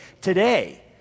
today